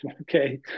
okay